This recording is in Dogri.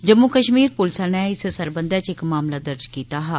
जम्मू कश्मीर पुलस नै इस सरबंधै च इक मामला दर्ज कीता हा